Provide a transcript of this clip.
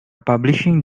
publishing